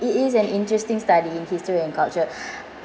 it is an interesting study in history and culture